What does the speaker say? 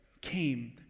came